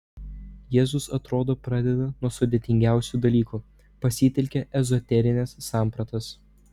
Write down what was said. jėzus atrodo pradeda nuo sudėtingiausių dalykų pasitelkia ezoterines sampratas